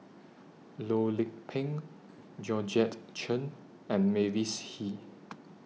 Loh Lik Peng Georgette Chen and Mavis Hee